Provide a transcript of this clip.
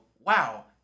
wow